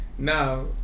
now